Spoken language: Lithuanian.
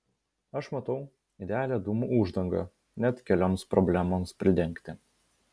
aš matau idealią dūmų uždangą net kelioms problemoms pridengti